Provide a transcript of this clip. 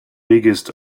biggest